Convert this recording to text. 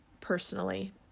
personally